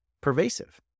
pervasive